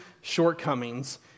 shortcomings